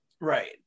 Right